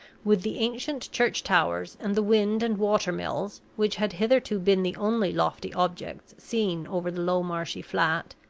with the ancient church towers and the wind and water mills, which had hitherto been the only lofty objects seen over the low marshy flat,